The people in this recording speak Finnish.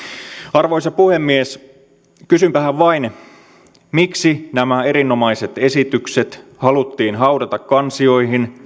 arvoisa puhemies kysynpähän vain miksi nämä erinomaiset esitykset haluttiin haudata kansioihin